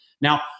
Now